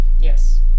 Yes